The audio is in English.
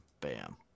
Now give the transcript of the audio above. bam